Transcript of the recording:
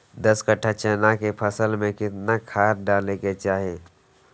दस कट्ठा चना के फसल में कितना खाद डालें के चाहि?